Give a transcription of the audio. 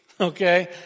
Okay